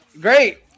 Great